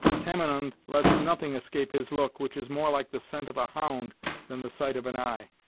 tamenund lets nothing escape his look, which is more like the scent of a hound than the sight of an eye.